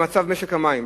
למצב משק המים.